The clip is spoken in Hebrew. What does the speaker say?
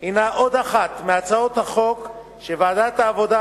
היא עוד אחת מהצעות החוק שוועדת העבודה,